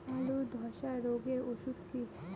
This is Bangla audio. আলুর ধসা রোগের ওষুধ কি?